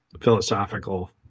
philosophical